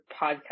podcast